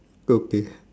okay